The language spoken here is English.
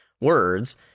words